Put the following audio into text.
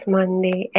Monday